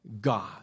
God